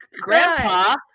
Grandpa